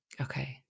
Okay